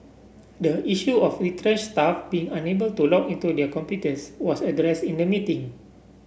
the issue of retrenched staff being unable to log into their computers was addressed in the meeting